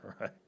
right